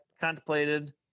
contemplated